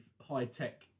high-tech